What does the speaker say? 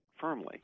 firmly